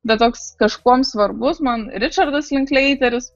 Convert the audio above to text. bet toks kažkuom svarbus man ričardas linkleiteris